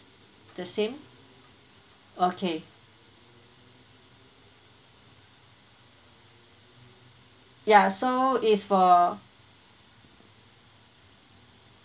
the same okay ya so is for